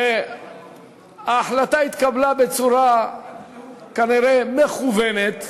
וההחלטה התקבלה בצורה כנראה מכוונת.